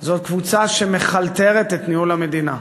זה קבוצה שמחלטרת את ניהול המדינה.